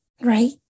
right